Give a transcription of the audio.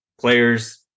players